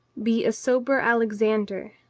be a sober alexander,